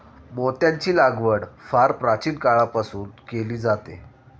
मोत्यांची लागवड फार प्राचीन काळापासून केली जाते